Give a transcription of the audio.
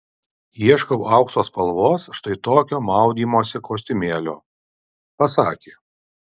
ieškau aukso spalvos štai tokio maudymosi kostiumėlio pasakė